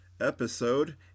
episode